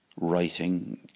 writing